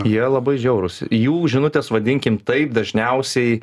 jie labai žiaurūs į jų žinutės vadinkim taip dažniausiai